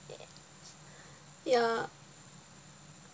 ya